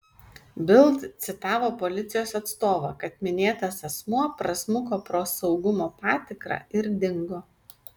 bild citavo policijos atstovą kad minėtas asmuo prasmuko pro saugumo patikrą ir dingo